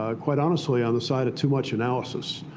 ah quite honestly on the side of too much analysis.